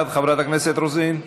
חברת הכנסת רוזין?